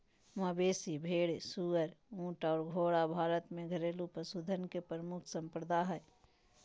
मवेशी, भेड़, सुअर, ऊँट आर घोड़ा भारत में घरेलू पशुधन के प्रमुख संपदा हय